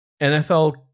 NFL